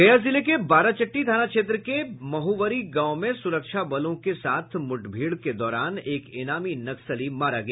गया जिले के बाराचट्टी थाना क्षेत्र के महुवरी गांव में सुरक्षा बलों से मुठभेड़ के दौरान एक इनामी नक्सली मारा गया